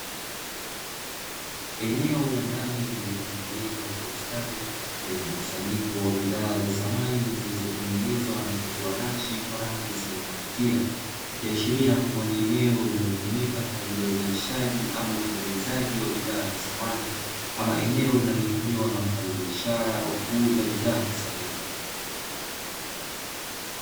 Eneo la ndani lililotengenezwa kwa ustadi lenye mkusanyiko wa bidhaa za samani zilizotengenezwa na kutiwa nakshi kwa rangi zenye kuvutia, ikiashiria kuwa ni eneo linalotumika kwa ajili ya uzalishaji ama utengenezaji wa bidhaa za samani ama eneo linalotumiwa na wafanyabiashara wa kuuza bidhaa za samani.